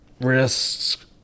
wrists